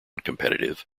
competitive